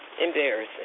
Embarrassing